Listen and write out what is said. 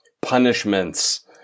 punishments